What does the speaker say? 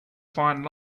fine